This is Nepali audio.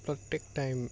प्रत्येक टाइम